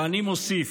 ואני מוסיף: